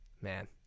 Man